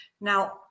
Now